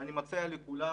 ואני מציע לכולם